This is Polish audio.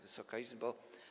Wysoka Izbo!